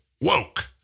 Woke